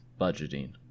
budgeting